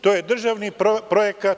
To je državni projekat.